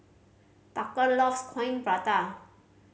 Tucker loves Coin Prata